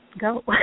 go